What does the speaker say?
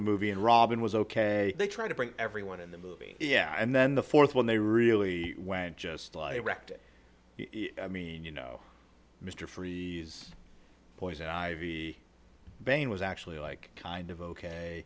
the movie and robin was ok they tried to bring everyone in the movie yeah and then the fourth one they really went just like a wrecked i mean you know mr freeh poison ivy bane was actually like kind of ok